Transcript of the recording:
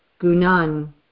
gunan